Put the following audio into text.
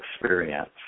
experience